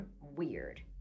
Weird